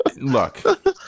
look